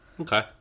Okay